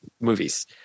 movies